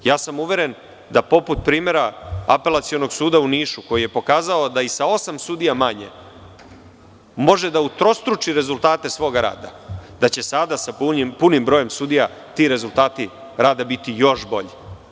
Uveren sam da poput primera Apelacionog suda u Nišu koji je pokazao da i sa osam sudija manje može da utrostruči rezultate svog rada, da će sada sa punim brojem sudija ti rezultati rada biti još bolji.